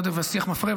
השיח מפרה,